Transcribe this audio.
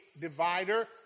divider